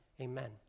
amen